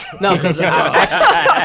No